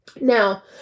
Now